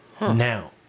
Now